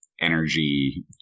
energy